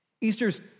Easter's